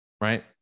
right